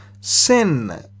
sin